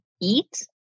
eat